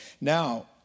Now